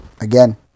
Again